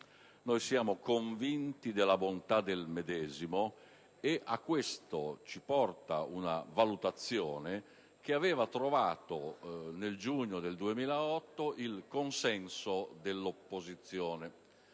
Siamo convinti della bontà del medesimo e a questo ci porta una valutazione che aveva trovato nel giugno del 2008 il consenso dell'opposizione.